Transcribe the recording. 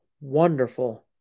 wonderful